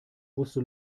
wusste